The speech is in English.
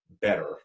better